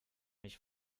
ich